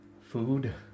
Food